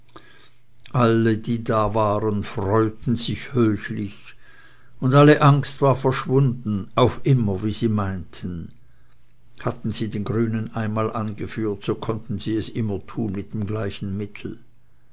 alle die da waren aber freuten sich höchlich und alle angst war verschwunden auf immer wie sie meinten hatten sie den grünen einmal angeführt so konnten sie es immer tun mit dem gleichen mittel